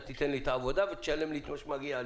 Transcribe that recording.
אותו כדי שאתה תיתן לי את העבודה ותשלם לי את מה שמגיע לי.